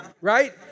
Right